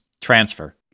transfer